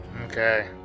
okay